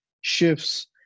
shifts